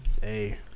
Hey